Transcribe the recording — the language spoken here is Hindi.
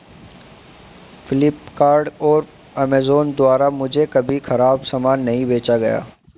फ्लिपकार्ट और अमेजॉन द्वारा मुझे कभी खराब सामान नहीं बेचा गया